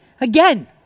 again